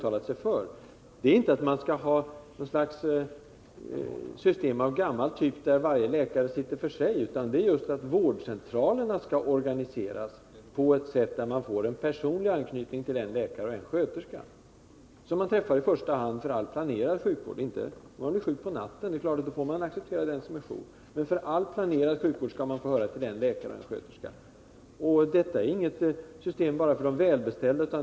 Avsikten är inte att införa något slags gammalt system, där varje läkare sitter för sig, utan meningen är att vårdcentralerna skall organiseras på ett sådant sätt att man får en personlig anknytning till en läkare och en sköterska för all planerad sjukvård. Om man blir sjuk på natten får man naturligtvis acceptera den personal som är jour, men för all planerad sjukvård skall man få höra till en läkare och en sköterska. Detta är inget system bara för de välbeställda.